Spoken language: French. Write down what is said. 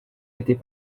était